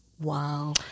Wow